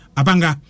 abanga